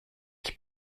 qui